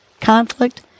conflict